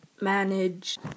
Manage